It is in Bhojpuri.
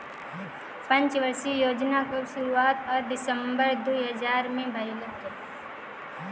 पंचवर्षीय योजना कअ शुरुआत दिसंबर दू हज़ार में भइल रहे